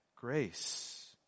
grace